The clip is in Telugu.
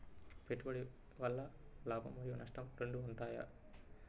పెట్టుబడి వల్ల లాభం మరియు నష్టం రెండు ఉంటాయా?